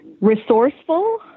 Resourceful